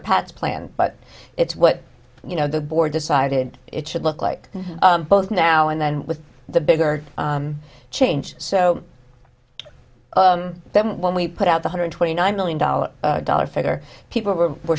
or paths planned but it's what you know the board decided it should look like both now and then with the bigger change so but when we put out one hundred twenty nine million dollars dollar figure people were were